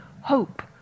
hope